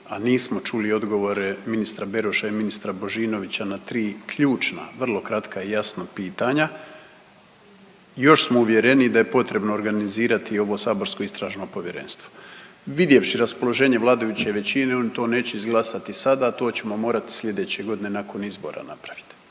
a nismo čuli odgovore ministra Beroša i ministra Božinovića na tri ključna vrlo kratka i jasna pitanja. I još smo uvjereniji da je potrebno organizirati ovo saborsko istražno povjerenstvo. Vidjevši raspoloženje vladajuće većine, oni to neće izglasati sada. To ćemo morati slijedeće godine nakon izbora napraviti.